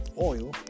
oil